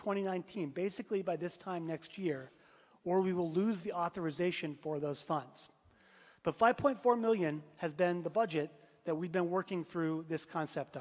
twenty nine thousand basically by this time next year or we will lose the authorization for those funds but five point four million has been the budget that we've been working through this concept